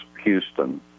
Houston